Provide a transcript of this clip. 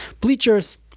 bleachers